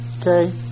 Okay